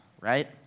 right